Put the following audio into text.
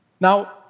Now